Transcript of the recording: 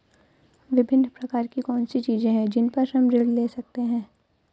विभिन्न प्रकार की कौन सी चीजें हैं जिन पर हम ऋण ले सकते हैं?